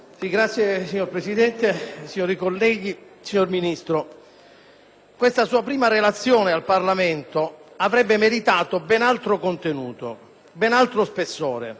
questa sua prima relazione al Parlamento avrebbe meritato ben altro contenuto, ben altro spessore e concreti contenuti innovativi.